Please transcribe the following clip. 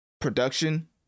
production